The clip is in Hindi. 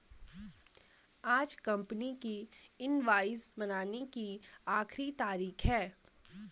आज कंपनी की इनवॉइस बनाने की आखिरी तारीख है